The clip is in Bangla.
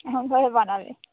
হ্যাঁ এমনভাবে বানাবে